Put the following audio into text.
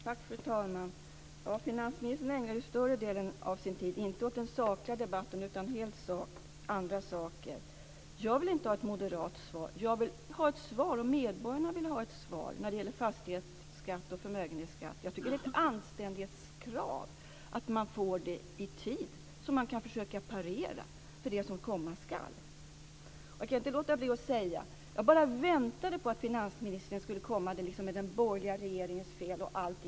Fru talman! Finansministern ägnar större delen av sin tid, inte åt den sakliga debatten utan åt helt andra saker. Jag vill inte ha ett moderat svar. Jag vill ha ett svar och medborgarna vill ha ett svar när det gäller fastighetsskatt och förmögenhetsskatt. Jag tycker att det är ett anständighetskrav att man får det i tid, så att man kan försöka parera det som komma skall. Han kan inte låta bli att säga det. Jag bara väntade på att finansministern skulle komma med den borgerliga regeringens fel och allting.